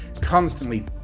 constantly